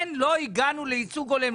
לא הגענו לייצוג הולם.